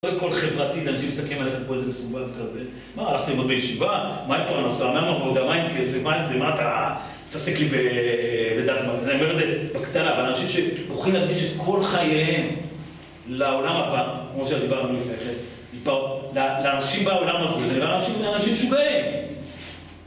קודם כל חברתית, אנשים מסתכלים עליך כמו איזה מסובב כזה מה, הלכתם ללמוד בישיבה? מה עם פרנסה? מה עם עבודה? מה עם כסף? מה עם זה? מה אתה... מתעסק לי ...אני אומר את זה בקטנה, אנשים שבוחרים להקדיש את כל חייהם לעולם הבא, כמו שדיברנו לפני כן לאנשים בעולם הזה, הם נראים כמו אנשים משוגעים.